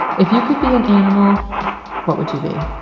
if you could be an animal what would you be?